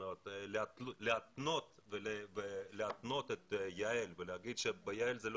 כלומר להתנות את יע"ל ולהגיד שיע"ל זה לא